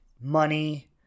money